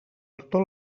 tutor